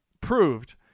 proved